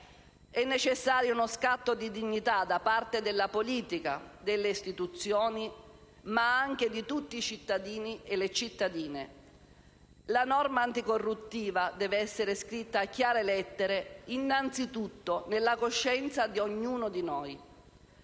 È necessario una scatto di dignità da parte della politica e delle istituzioni, ma anche di tutti i cittadini e le cittadine: la norma anticorruttiva deve essere scritta, a chiare lettere, innanzitutto nella coscienza di ognuno di noi.